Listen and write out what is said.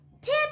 Tip